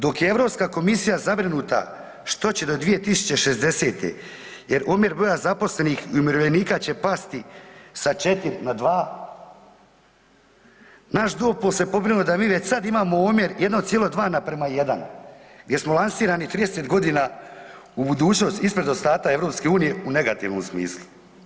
Dok je Europska komisija zabrinuta što će do 2060.-te jer omjer broja zaposlenih i umirovljenika će pasti sa 4 na 2, naš dupol se pobrinuo da mi već sad imamo omjer 1,2 naprema 1 jer smo lansirani 30 godina u budućnost ispred ostatka EU u negativnom smislu.